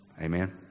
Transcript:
Amen